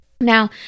Now